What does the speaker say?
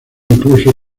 incluso